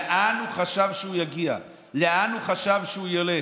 לאן הוא חשב שהוא יגיע, לאן הוא חשב שהוא ילך?